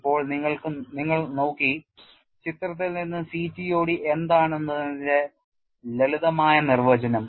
ഇപ്പോൾ നിങ്ങൾ നോക്കി ചിത്രത്തിൽ നിന്ന് CTOD എന്താണെന്നതിന്റെ ലളിതമായ നിർവചനം